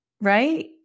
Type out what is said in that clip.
Right